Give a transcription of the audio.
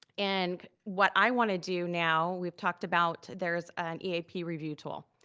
and what i wanna do now, we've talked about there's an eap review tool.